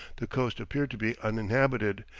the coast appeared to be uninhabited,